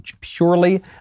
purely